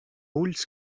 ulls